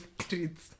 streets